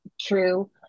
true